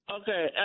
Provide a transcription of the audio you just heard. Okay